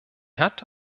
hat